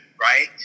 Right